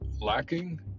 lacking